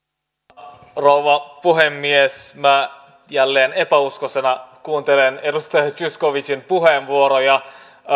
arvoisa rouva puhemies minä jälleen epäuskoisena kuuntelen edustaja zyskowiczin puheenvuoroja